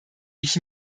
ich